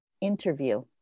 interview